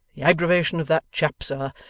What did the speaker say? the aggravation of that chap sir,